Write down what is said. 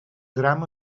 gram